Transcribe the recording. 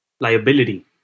liability